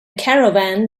caravan